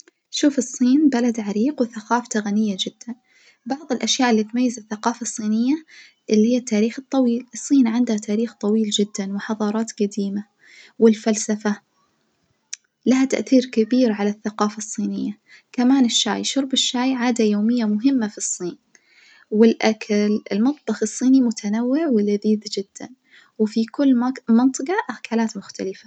شوف الصين بلد عريق وثقافته غنية جدًا بعض الأشياء اللي تميز الثقافة الصينية اللي هي التاريخ الطويل الصين عندها تاريخ طويل جدًا وحظارات جديمة والفلسلفة ليها تأثير كبير على الثقافة الصينية، كمان الشاي شرب الشاي عادة يومية مهمة في الصين، والأكل المطبخ الصيني متنوع ولذيذ جدًا، وفي كل منطجة أكلات مختلفة.